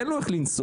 אין לו איך לנסוע.